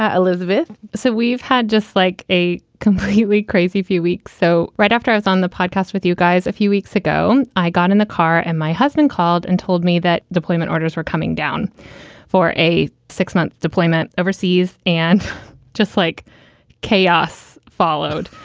elizabeth said, so we've had just like a completely crazy few weeks. so right after i was on the podcast with you guys a few weeks ago, i got in the car and my husband called and told me that deployment orders were coming down for a six month deployment overseas. and just like chaos followed